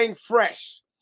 fresh